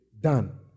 Done